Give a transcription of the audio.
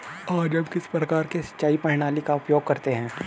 आज हम किस प्रकार की सिंचाई प्रणाली का उपयोग करते हैं?